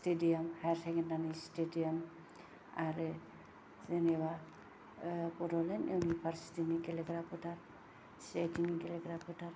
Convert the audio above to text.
stadium हायार सेकेन्डारिनि stadium आरो जेनेबा आह बड'लेण्ड इउनिभारसिटिनि गेलेग्रा फोथार सि आइ टि नि गेलेग्रा फोथार